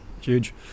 huge